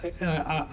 ಆ